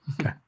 Okay